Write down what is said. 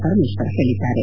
ಪರಮೇಶ್ವರ್ ಹೇಳಿದ್ದಾರೆ